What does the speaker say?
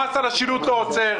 המס על השילוט לא עוצר,